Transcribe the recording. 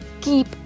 keep